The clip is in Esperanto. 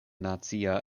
nacia